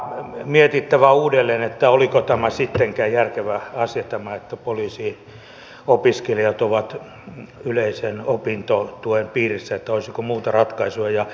on mietittävä uudelleen oliko tämä sittenkään järkevä asia että poliisiopiskelijat ovat yleisen opintotuen piirissä vai olisiko muuta ratkaisua